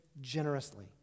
generously